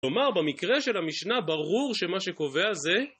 כלומר, במקרה של המשנה, ברור שמה שקובע זה